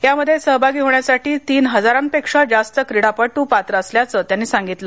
यामध्ये सहभागी होण्यासाठी तीन हजारांपेक्षा जास्त क्रीडापटू पात्र असल्याचं त्यांनी सांगितलं